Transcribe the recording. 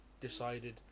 decided